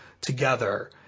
together